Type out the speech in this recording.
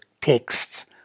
texts